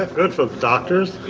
ah good for the doctors.